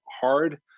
hard